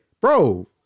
bro